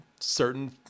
certain